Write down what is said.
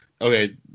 okay